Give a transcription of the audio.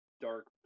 dark